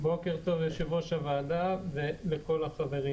יושב-ראש הוועדה וכל החברים,